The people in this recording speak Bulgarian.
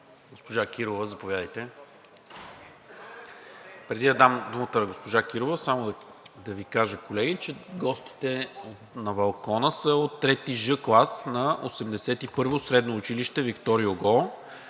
Госпожа Кирова. Преди да дам думата на госпожа Кирова, само да Ви кажа колеги, че гостите на балкона са от 3ж клас на 81-во средно училище „Виктор Юго“